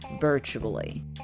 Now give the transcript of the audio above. virtually